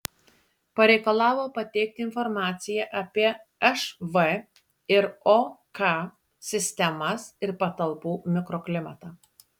pareikalavo pateikti informaciją apie šv ir ok sistemas ir patalpų mikroklimatą